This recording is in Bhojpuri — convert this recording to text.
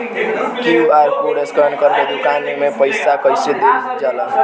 क्यू.आर कोड स्कैन करके दुकान में पईसा कइसे देल जाला?